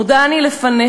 מודה אני לפניך,